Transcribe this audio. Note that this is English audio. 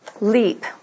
LEAP